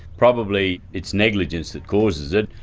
probably it's negligence that causes it.